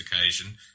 occasion